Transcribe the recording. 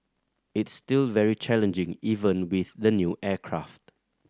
it's still very challenging even with the new aircraft